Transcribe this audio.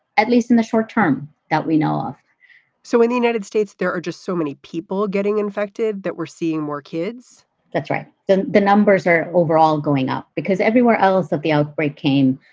at least in the short term that we know of so in the united states, there are just so many people getting infected that we're seeing more kids that's right. the the numbers are overall going up because everywhere else that the outbreak came,